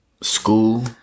school